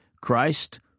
Christ